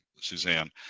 Suzanne